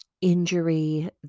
injury